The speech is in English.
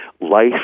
Life